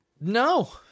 no